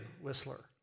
whistler